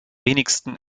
wenigsten